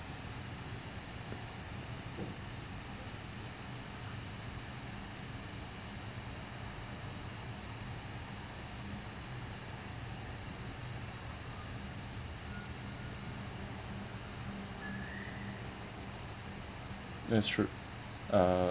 that's true uh